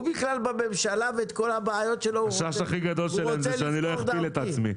הוא בכלל בממשלה ואת כל הבעיות שלו הוא רוצה לפתור דרכי.